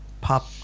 pop